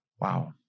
Wow